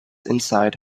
inside